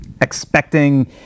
expecting